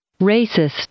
racist